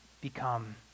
become